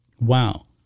Wow